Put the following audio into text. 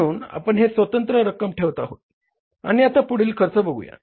म्हणून आपण हे स्वतंत्र रक्कम ठेवत आहोत आणि आता पुढील खर्च बघूया